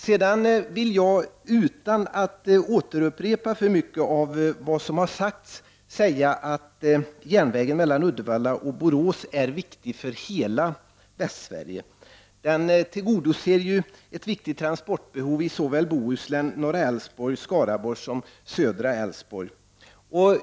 Sedan vill jag framhålla, utan att upprepa för mycket av vad som har sagts, att järnvägen mellan Uddevalla och Borås är viktig för hela Västsverige. Den tillgodoser ju ett viktigt transportbehov i såväl Bohuslän, Norra Älvsborg och Skaraborg som Södra Älvsborg.